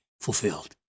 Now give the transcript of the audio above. fulfilled